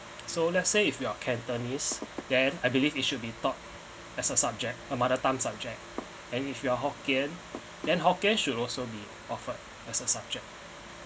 so let's say if you are cantonese then I believe it should be taught as a subject or mother tongue object and if you are hokkien then hokkien should also be offered as a subject